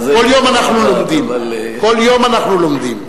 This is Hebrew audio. כל יום אנחנו לומדים, כל יום אנחנו לומדים.